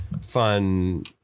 fun